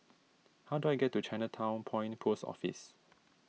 how do I get to Chinatown Point Post Office